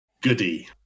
Goody